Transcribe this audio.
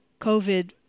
COVID